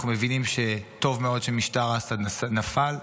אנחנו מבינים שטוב מאוד שמשטר אסד נפל.